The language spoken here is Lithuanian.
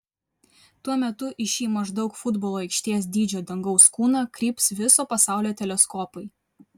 tuo metu į šį maždaug futbolo aikštės dydžio dangaus kūną kryps viso pasaulio teleskopai